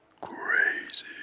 crazy